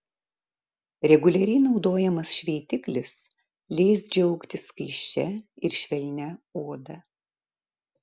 reguliariai naudojamas šveitiklis leis džiaugtis skaisčia ir švelnia oda